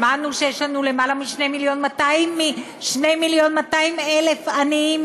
שמענו שיש לנו יותר מ-2 מיליון ו-200,000 עניים,